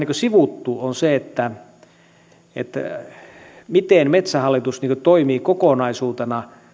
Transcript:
kuin sivuutettu on se miten metsähallitus toimii kokonaisuutena